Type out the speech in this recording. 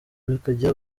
bakajya